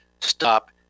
stop